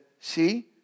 See